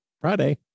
Friday